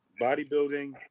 bodybuilding